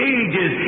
ages